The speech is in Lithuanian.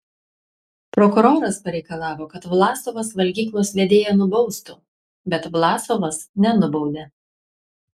prokuroras pareikalavo kad vlasovas valgyklos vedėją nubaustų bet vlasovas nenubaudė